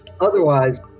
Otherwise